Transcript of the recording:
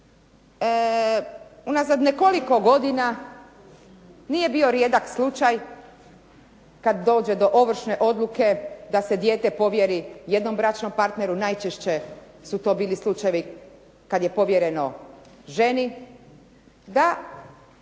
Unazad nekoliko godina nije bio rijedak slučaj kad dođe do ovršne odluke da se dijete povjeri jednom bračnom partneru, najčešće su to bili slučajevi kada je povjereno ženi,